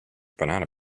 banana